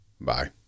bye